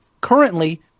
currently